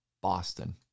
Boston